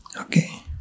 okay